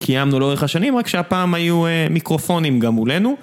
קיימנו לאורך השנים, רק שהפעם היו מיקרופונים גם מולנו.